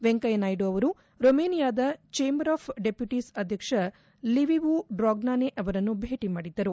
ವೆಂಕಯ್ತ ನಾಯ್ಡ ಅವರು ರೊಮಾನಿಯಾದ chamber of deputies ಅಧ್ಯಕ್ಷ ಲಿವಿವು ಡ್ರಾಗ್ನಾನೆ ಅವರನ್ನು ಭೇಟಿ ಮಾಡಿದ್ದರು